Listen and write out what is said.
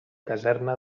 caserna